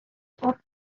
wrth